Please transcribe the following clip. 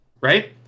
right